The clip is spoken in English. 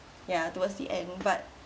ya towards the end but